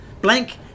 Blank